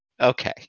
Okay